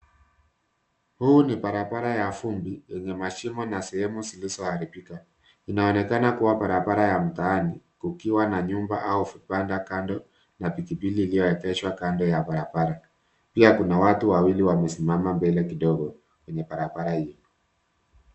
Hii ni barabara ya fumbi lenye mashimo na sehemu zilizoharibika, inaonekana kuwa barabara ya mtaani, ukiwa na nyumba au vipanda kando na pikipiki iliyoegezwa kando ya barabara. Pia kuna watu wawili waliosimama mbele kidogo kwenye barabara hili.